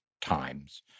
times